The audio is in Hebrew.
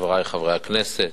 חברי חברי הכנסת,